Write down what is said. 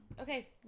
Okay